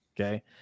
okay